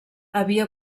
havia